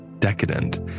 decadent